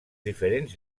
diferents